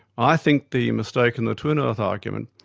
i think the mistake in the twin earth argument